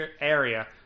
area